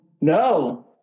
no